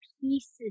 pieces